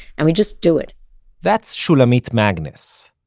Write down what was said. and we just do it that's shulamit magnus.